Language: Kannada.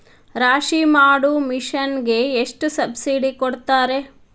ರಾಶಿ ಮಾಡು ಮಿಷನ್ ಗೆ ಎಷ್ಟು ಸಬ್ಸಿಡಿ ಕೊಡ್ತಾರೆ?